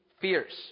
fierce